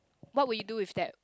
what would you do with that